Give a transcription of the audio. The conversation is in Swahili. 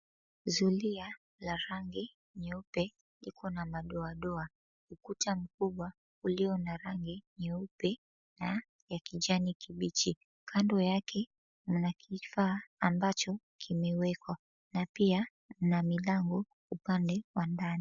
Zulia la rangi nyeupe iko na madoadoa. Ukuta mkubwa ulio na rangi nyeupe na ya kijani kibichi. Kando yake mna kifaa ambacho kimewekwa na pia mna milango upande wa ndani.